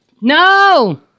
No